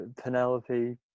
Penelope